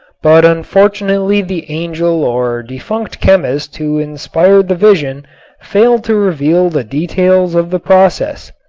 but unfortunately the angel or defunct chemist who inspired the vision failed to reveal the details of the process.